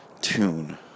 tune